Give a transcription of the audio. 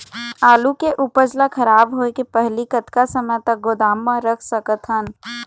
आलू के उपज ला खराब होय के पहली कतका समय तक गोदाम म रख सकत हन?